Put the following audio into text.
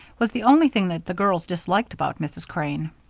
was the only thing that the girls disliked about mrs. crane.